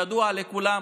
ידוע לכולם,